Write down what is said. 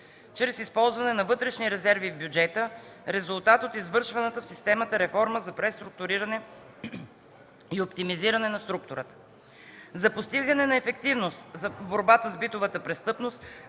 чрез използване на вътрешни резерви в бюджета, резултат от извършваната в системата реформа за преструктуриране и оптимизиране на структурата. За постигане на ефективност на борбата с битовата престъпност